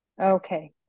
Okay